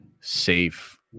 safe